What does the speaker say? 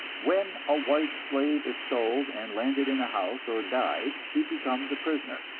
when a white slave is sold and landed in a house or dive she becomes a prisoner.